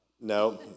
No